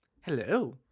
Hello